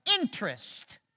interest